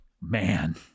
Man